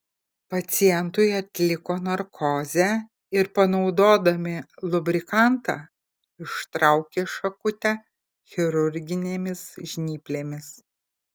pacientui atliko narkozę ir panaudodami lubrikantą ištraukė šakutę chirurginėmis žnyplėmis